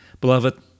Beloved